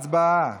הצבעה.